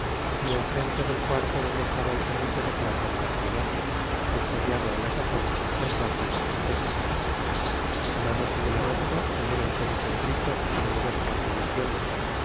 y enfrente del cuarto donde estaba el servicio de plata de la ciudad custodiado a la sazon por cuatro ballesteros a las doce de la noche oyéronse muchos gritos y numerosas aclamaciones